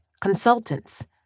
consultants